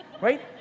right